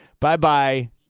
Bye-bye